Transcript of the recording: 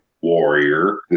Warrior